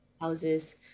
houses